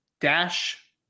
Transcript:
Dash